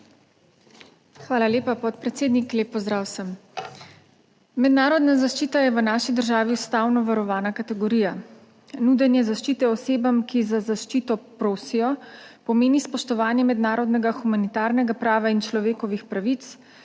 Hvala lepa, podpredsednik. Lep pozdrav vsem! Mednarodna zaščita je v naši državi ustavno varovana kategorija. Nudenje zaščite osebam, ki za zaščito prosijo, pomeni spoštovanje mednarodnega humanitarnega prava in človekovih pravic